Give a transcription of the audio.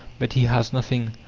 but he has nothing.